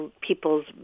people's